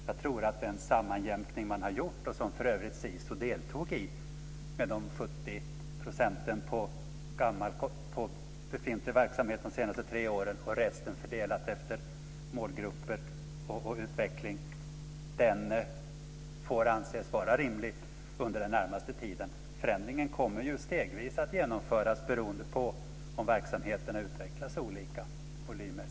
Jag tror att den sammanjämkning man har gjort, och som för övrigt Sisus deltog i, med 70 % på befintlig verksamhet de senaste tre åren och resten fördelat efter målgrupper och utveckling får anses vara rimlig under den närmaste tiden. Förändringen kommer stegvis att genomföras beroende på om verksamheterna utvecklas olika volymmässigt.